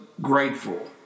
grateful